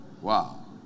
Wow